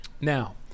Now